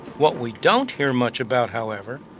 what we don't hear much about, however,